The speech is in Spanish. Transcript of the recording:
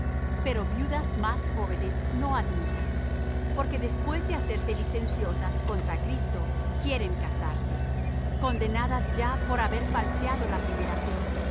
pero viudas más jóvenes no admitas porque después de hacerse licenciosas contra cristo quieren casarse condenadas ya por haber falseado la primera fe